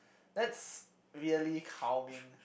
that's really calming